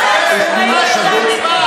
אנחנו שמחים,